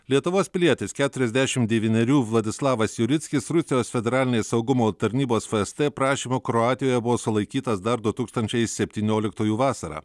lietuvos pilietis keturiasdešim devynerių vladislavas jurickis rusijos federalinės saugumo tarnybos fst prašymu kroatijoje buvo sulaikytas dar du tūkstančiai septynioliktųjų vasarą